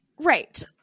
Right